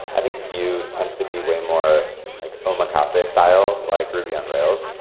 i think vue tends to be way more like omakase a style, like ruby on rails,